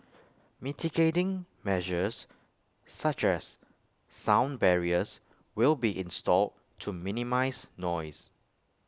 mitigating measures such as sound barriers will be installed to minimise noise